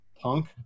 Punk